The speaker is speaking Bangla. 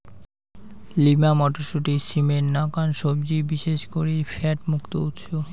লিমা মটরশুঁটি, সিমের নাকান সবজি বিশেষ করি ফ্যাট মুক্ত উৎস